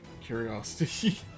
curiosity